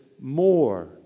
more